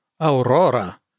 Aurora